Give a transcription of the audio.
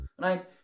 right